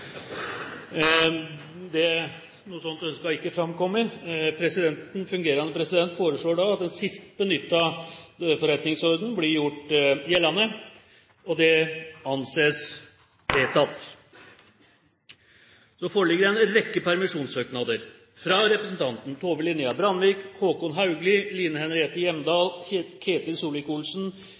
det forrige storting, Tor-Arne Strøm, om midlertidig å fungere som sekretær. Fungerende president foreslår at den sist benyttede forretningsorden blir gjort gjeldende. – Det anses vedtatt. Det foreligger en rekke permisjonssøknader: – fra representantene Tove Linnea Brandvik, Håkon Haugli, Line Henriette Hjemdal, Ketil